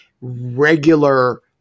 regular